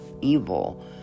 evil